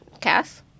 Cass